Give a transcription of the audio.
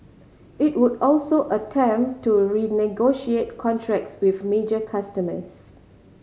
it would also attempt to renegotiate contracts with major customers